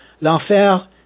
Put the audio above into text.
L'enfer